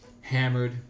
Hammered